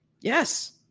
Yes